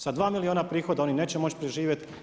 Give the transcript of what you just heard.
Sa dva milijuna prihoda oni neće moći preživjeti.